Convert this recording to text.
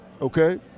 okay